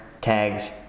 tags